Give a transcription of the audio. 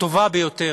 ביותר,